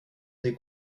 des